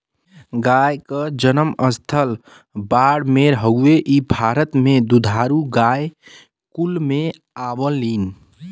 गाय क जनम स्थल बाड़मेर हउवे इ भारत के दुधारू गाय कुल में आवलीन